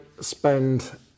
spend